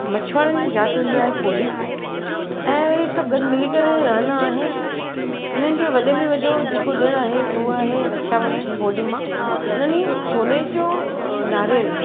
मछुआरनि जी ज़ाति हूंदी आहे कोली ऐं हे सभु मिली करे गॾु रहंदा आहिनि इन्हनि जो वॾे में वॾो जेको ॾिणु आहे उ आहे रक्षाबंधन पूर्णिमा उन ॾींहुं सोने जो नारेल